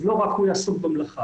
אז לא רק הוא יעסוק במלאכה,